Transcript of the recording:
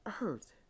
earth